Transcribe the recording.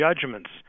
judgments